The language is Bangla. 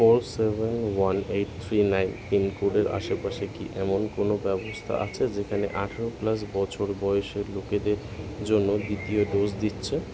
four seven one eight three nine পিনকোডের আশেপাশে কি এমন কোনো ব্যবস্থা আছে যেখানে আঠেরো প্লাস বছর বয়েসের লোকেদের জন্য দ্বিতীয় ডোজ দিচ্ছে